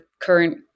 current